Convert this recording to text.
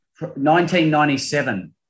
1997